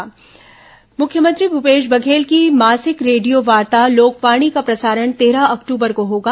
लोकवाणी मुख्यमंत्री भूपेश बधेल की मासिक रेडियोवार्ता लोकवाणी का प्रसारण तेरह अक्टूबर को होगा